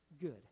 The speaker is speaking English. good